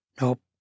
Nope